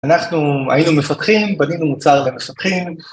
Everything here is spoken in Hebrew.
אנחנו היינו מפתחים, בנינו מוצר למפתחים.